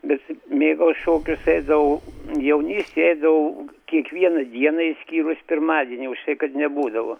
bet mėgau šokius eidavau jaunystėj eidavau kiekvieną dieną išskyrus pirmadienį užtai kad nebūdavo